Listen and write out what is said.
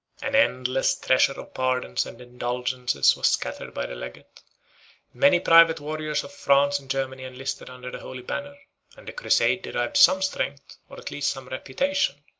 an endless treasure of pardons and indulgences was scattered by the legate many private warriors of france and germany enlisted under the holy banner and the crusade derived some strength, or at least some reputation,